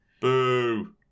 Boo